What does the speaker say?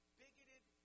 bigoted